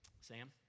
Sam